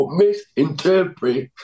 misinterpret